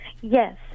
Yes